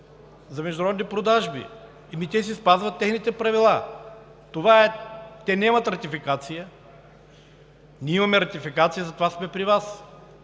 за международните продажби на САЩ. Те си спазват техните правила. Те нямат ратификация, а ние имаме ратификация и затова сме при Вас.